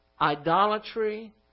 idolatry